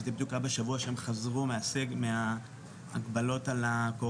כי זה היה בדיוק בשבוע שהם חזרו מההגבלות על הקורונה,